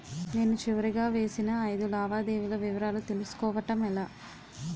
నేను చివరిగా చేసిన ఐదు లావాదేవీల వివరాలు తెలుసుకోవటం ఎలా?